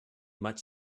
much